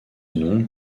nom